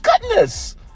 goodness